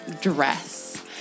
dress